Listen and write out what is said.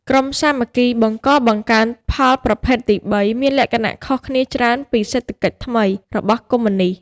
ក្រុមសាមគ្គីបង្កបង្កើនផលប្រភេទទី៣ មានលក្ខណៈខុសគ្នាច្រើនពី "សេដ្ឋកិច្ចថ្មី" របស់កុម្មុយនិស្ត។